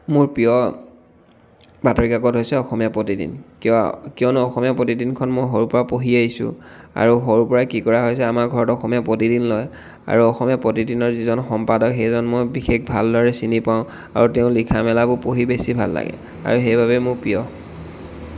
মোৰ প্ৰিয় বাতৰিকাকত হৈছে অসমীয়া প্ৰতিদিন কিয় কিয়নো অসমীয়া প্ৰতিদিনখন মই সৰুৰ পৰা পঢ়ি আহিছোঁ আৰু সৰুৰ পৰাই কি কৰা হৈছে আমাৰ ঘৰত অসমীয়া প্ৰতিদিন লয় আৰু অসমীয়া প্ৰতিদিনৰ যিজন সম্পাদক সেইজন মই বিশেষ ভাল দৰে চিনি পাওঁ আৰু তেওঁৰ লিখা মেলাবোৰ পঢ়ি বেছি ভাল লাগে আৰু সেইবাবেই মোৰ প্ৰিয়